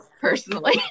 personally